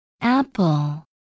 apple